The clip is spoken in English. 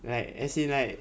like as in like